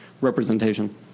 representation